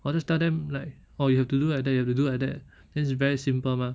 I'll just tell them like orh you have to do like that you have to do like that then it's very simple mah